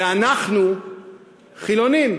ואנחנו חילונים,